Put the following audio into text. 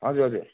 हजुर हजुर